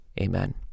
Amen